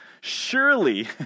surely